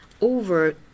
over